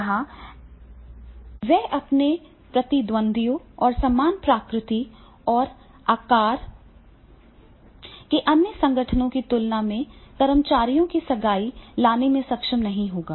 यहां वह अपने प्रतिद्वंद्वियों और समान प्रकृति और आकार के अन्य संगठनों की तुलना में कर्मचारियों की सगाई लाने में सक्षम नहीं होगा